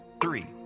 three